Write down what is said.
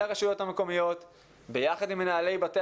אל הרשויות המקומיות ביחד עם מנהלי בתי